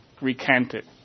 recanted